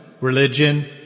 religion